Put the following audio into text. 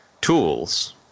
tools